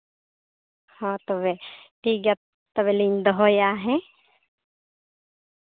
ᱦᱚᱸ ᱛᱚᱵᱮ ᱴᱷᱤᱠᱜᱮᱭᱟ ᱛᱚᱵᱮᱞᱤᱧ ᱫᱚᱦᱚᱭᱟ ᱦᱮᱸ